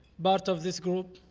but of this group,